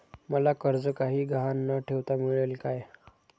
मला कर्ज काही गहाण न ठेवता मिळेल काय?